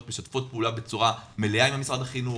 משתפות פעולה בצורה מלאה עם משרד החינוך,